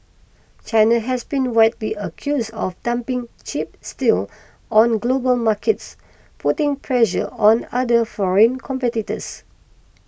China has been wide be accused of dumping cheap steel on global markets putting pressure on other foreign competitors